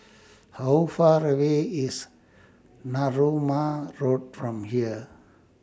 How Far away IS Narooma Road from here